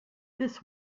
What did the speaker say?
this